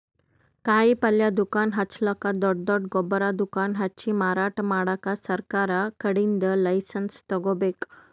ಕಾಯಿಪಲ್ಯ ದುಕಾನ್ ಹಚ್ಚಲಕ್ಕ್ ದೊಡ್ಡ್ ದೊಡ್ಡ್ ಗೊಬ್ಬರ್ ದುಕಾನ್ ಹಚ್ಚಿ ಮಾರಾಟ್ ಮಾಡಕ್ ಸರಕಾರ್ ಕಡೀನ್ದ್ ಲೈಸನ್ಸ್ ತಗೋಬೇಕ್